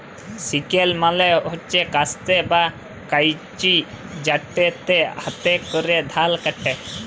sickle মালে হছে কাস্তে বা কাঁইচি যেটতে হাতে ক্যরে ধাল ক্যাটে